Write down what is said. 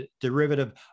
derivative